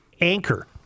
Anchor